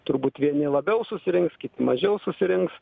turbūt vieni labiau susirinks kiti mažiau susirinks